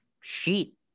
sheet